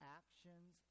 actions